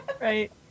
Right